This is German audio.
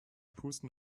pusten